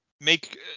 make